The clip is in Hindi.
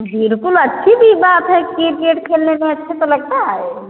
बिल्कुल अच्छी सी बात है किरकेट खेलने में अच्छा तो लगता है